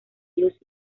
dios